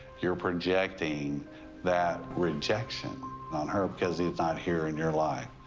you're projecting that rejection on her because he's not here in your life.